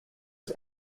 his